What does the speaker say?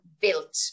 Built